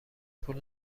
پول